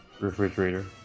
Refrigerator